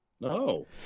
No